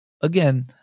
again